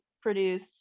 produce